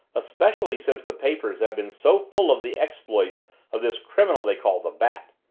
especially since the papers have been so full of the exploits of this criminal they call the bat.